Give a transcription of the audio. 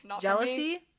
Jealousy